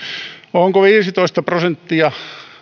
onko viisitoista prosenttia